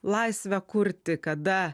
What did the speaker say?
laisvę kurti kada